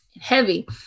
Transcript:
heavy